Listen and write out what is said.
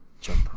jump